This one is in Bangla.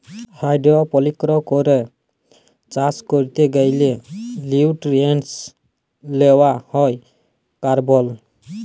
হাইড্রপলিক্স করে চাষ ক্যরতে গ্যালে লিউট্রিয়েন্টস লেওয়া হ্যয় কার্বল